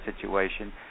situation